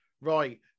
Right